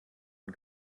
und